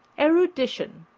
erudition,